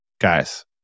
guys